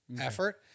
effort